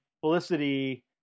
Felicity